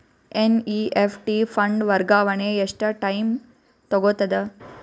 NEFT fund ವರ್ಗಾವಣೆ ಎಷ್ಟ time ತೋಗೊತದ?